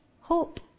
hope